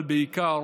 אבל בעיקר,